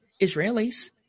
Israelis